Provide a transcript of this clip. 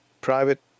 private